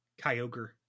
Kyogre